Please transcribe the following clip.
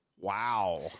Wow